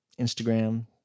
Instagram